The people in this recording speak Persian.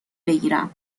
بگیرم